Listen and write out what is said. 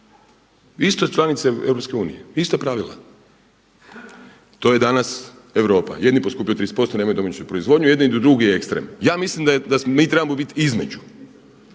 Isto je članica EU, ista pravila. To je danas Europa jedni poskupljuju 30% nemaju domaću proizvodnju, jedini idu u dug i ekstrem. Ja mislim da mi trebamo biti između,